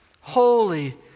holy